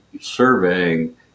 surveying